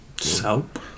Soap